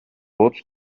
burj